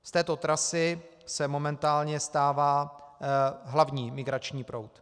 Z této trasy se momentálně stává hlavní migrační proud.